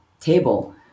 table